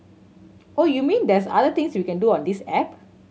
oh you mean there's other things we can do on this app